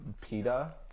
Peta